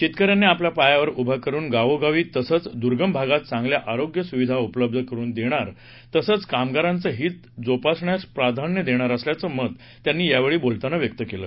शेतकऱ्यांना आपल्या पायावर उभ करुन गावोगावी तसचं दुर्गम भागात चांगल्या आरोग्य सुविधा उपलब्ध करून देणार तसचं कामगारांच हित जोपासण्यास प्राधान्य देणार असल्याचं मत त्यांनी यावेळी बोलताना व्यक्त केलं